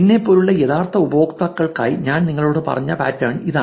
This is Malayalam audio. എന്നെപ്പോലുള്ള യഥാർത്ഥ ഉപയോക്താക്കൾക്കായി ഞാൻ നിങ്ങളോട് പറഞ്ഞ പാറ്റേൺ ഇതാണ്